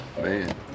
Man